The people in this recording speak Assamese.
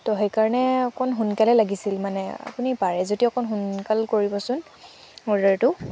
ত' সেইকাৰণে অকণ সোনকালে লাগিছিল মানে আপুনি পাৰে যদি অকণ সোনকাল কৰিবচোন অৰ্ডাৰটো